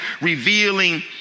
revealing